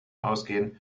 ausgehen